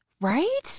Right